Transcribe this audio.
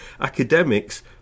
academics